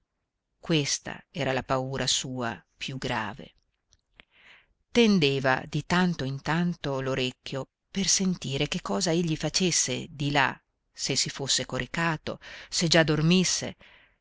questa era la paura sua più grave tendeva di tanto in tanto l'orecchio per sentire che cosa egli facesse di là se si fosse coricato se già dormisse